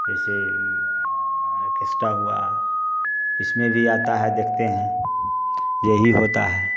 जैसे आर्केस्टा हुआ इसमें में भी आता है देखते हैं यही होता है